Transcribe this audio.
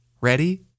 Ready